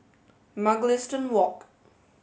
Mugliston Walk